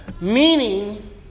Meaning